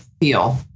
feel